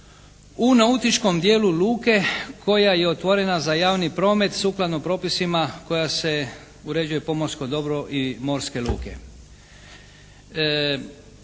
u nautičkom dijelu luke koja je otvorena za javni promet sukladno propisima koja se uređuje pomorsko dobro i morske luke.